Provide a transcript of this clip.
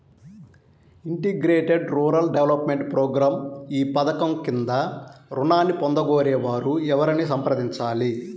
Integrated rural development program ఈ పధకం క్రింద ఋణాన్ని పొందగోరే వారు ఎవరిని సంప్రదించాలి?